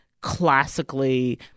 classically